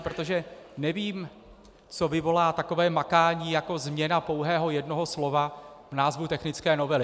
Protože nevím, co vyvolá takové makání jako změna pouhého jednoho slova v názvu technické novely.